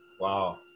Wow